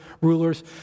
rulers